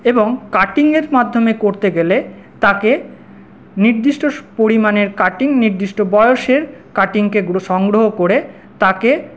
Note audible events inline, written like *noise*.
এবং কাটিংয়ের মাধ্যমে করতে গেলে তাকে নির্দিষ্ট পরিমাণের কাটিং নির্দিষ্ট বয়সের কাটিংকে *unintelligible* সংগ্রহ করে তাকে